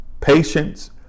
Patience